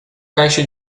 caixa